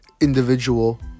individual